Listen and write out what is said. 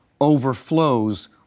overflows